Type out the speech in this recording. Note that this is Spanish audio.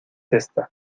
esta